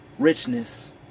Richness